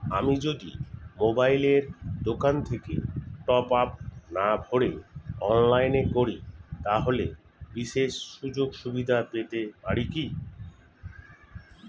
আমি যদি মোবাইলের দোকান থেকে টপআপ না ভরে অনলাইনে করি তাহলে বিশেষ সুযোগসুবিধা পেতে পারি কি?